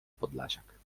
podlasiak